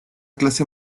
clase